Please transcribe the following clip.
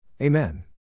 Amen